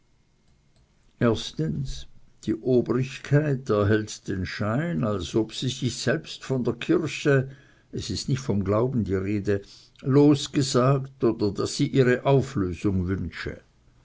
die obrigkeit erhält den schein als ob sie sich selbst von der kirche es ist nicht vom glauben die rede losgesagt oder daß sie ihre auflösung wünsche